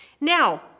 Now